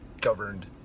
governed